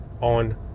on